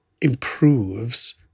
improves